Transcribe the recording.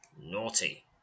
Naughty